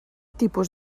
tipus